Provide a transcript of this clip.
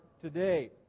today